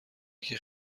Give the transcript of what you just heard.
یکی